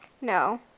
No